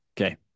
Okay